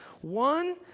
One